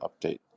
update